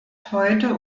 heute